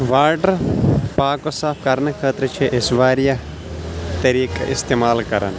water پاک و صاف کَرنہٕ خٲطرٕ چھِ أسۍ واریاہ طریٖقہٕ استعمال کَران